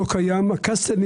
קסטל.